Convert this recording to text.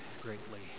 greatly